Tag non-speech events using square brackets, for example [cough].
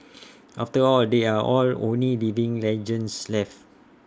[noise] after all they are only living legends left